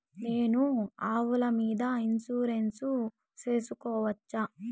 నేను ఆవుల మీద ఇన్సూరెన్సు సేసుకోవచ్చా?